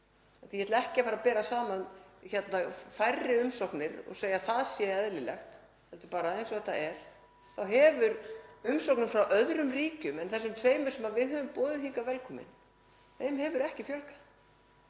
— ég ætla ekki að fara að bera saman færri umsóknir og segja að það sé eðlilegt heldur er þetta bara eins og það er — þá hefur umsóknum frá öðrum ríkjum en þessum tveimur sem við höfum boðið velkomin hingað ekki fjölgað.